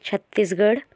Chhattisgarh